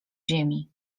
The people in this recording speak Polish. ziemi